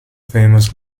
famous